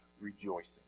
rejoicing